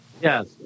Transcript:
Yes